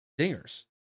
dingers